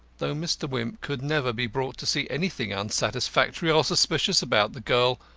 though mr. wimp could never be brought to see anything unsatisfactory or suspicious about the girl,